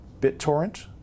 BitTorrent